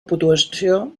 puntuació